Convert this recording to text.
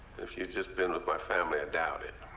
if you've just been with my family, i doubt it.